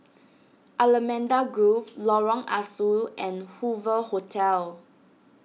Allamanda Grove Lorong Ah Soo and Hoover Hotel